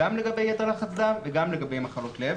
גם לגבי יתר לחץ דם וגם לגבי מחלות לב.